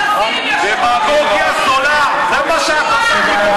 דמגוגיה זולה, זה מה שאת עושה.